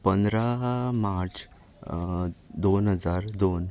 पंदरा मार्च दोन हजार दोन